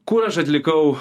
kur aš atlikau